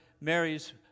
Mary's